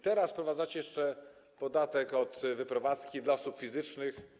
Teraz wprowadzacie jeszcze podatek od wyprowadzki dla osób fizycznych.